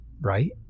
right